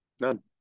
None